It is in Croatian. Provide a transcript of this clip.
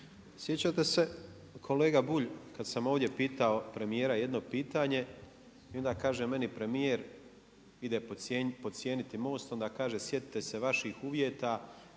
Sjećate se, kolega Bulj ,kad sam ovdje pitao premijera jedno pitanje i onda kaže meni premijer, ide podcijeniti MOST, onda kaže sjetite se vaših uvjeta,